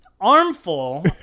armful